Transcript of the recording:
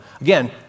Again